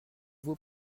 vous